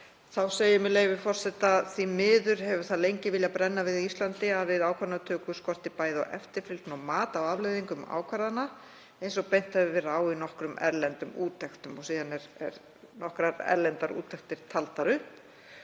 segir, með leyfi forseta: „Því miður hefur það lengi viljað brenna við á Íslandi að við ákvarðanatöku skortir bæði á eftirfylgni og mat á afleiðingum ákvarðana eins og bent hefur verið á í nokkrum erlendum úttektum …“ Síðan er nokkrar erlendar úttektir taldar upp